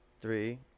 three